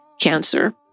cancer